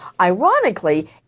Ironically